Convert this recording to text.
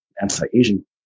anti-Asian